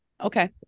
Okay